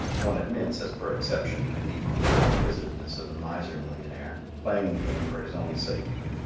one admits, as per exception, the queer acquisitiveness of the miser-millionaire, playing the game for his own sake.